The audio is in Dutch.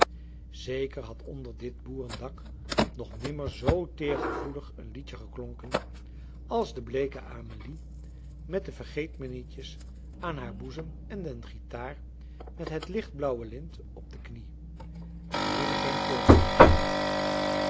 zeker had onder dit boerendak nog nimmer zoo teergevoelig een liedje geklonken als de bleeke amelie met de vergeetmijnietjes aan haar boezem en den gitaar met het lichtblauwe lint op de knie er menigeen voortbracht